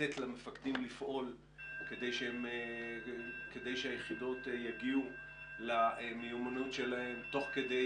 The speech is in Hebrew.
לתת למפקדים לפעול כדי שהיחידות יגיעו למיומנות שלהן תוך כדי